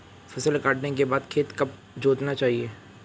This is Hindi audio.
फसल काटने के बाद खेत कब जोतना चाहिये?